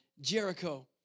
Jericho